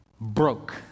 broke